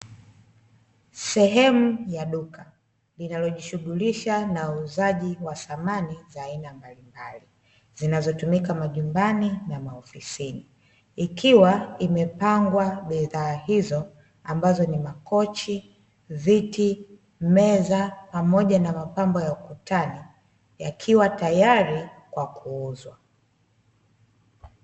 Sehemu ya duka linalojishughulisha na uuzaji wa samani za aina mbalimbali zinazotumika majumbani na maofisini. Ikiwa imepangwa bidhaa hizo ambazo ni: makochi, viti, meza pamoja na mapambo ya ukutani; yakiwa tayari kwa kuuzwa.